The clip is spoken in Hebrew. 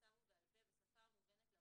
בכתב ובעל פה, בשפה המובנת לעובד,